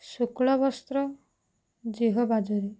ଶୁକ୍ଳବସ୍ତ୍ର ଯେହବାଜରି